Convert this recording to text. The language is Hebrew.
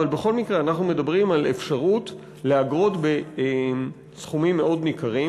אבל בכל מקרה אנחנו מדברים על אפשרות לאגרות בסכומים מאוד ניכרים,